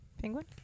Penguin